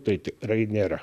tai tikrai nėra